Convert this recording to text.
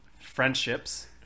friendships